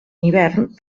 hivern